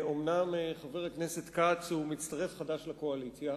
אומנם חבר הכנסת כץ הוא מצטרף חדש לקואליציה,